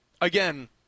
again